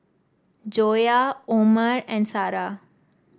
Joyah Omar and Sarah